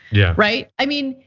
yeah. right, i mean,